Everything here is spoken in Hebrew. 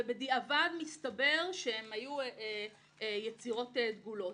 ובדיעבד מסתבר שהיו יצירות דגולות.